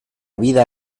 vida